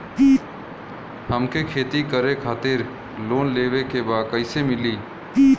हमके खेती करे खातिर लोन लेवे के बा कइसे मिली?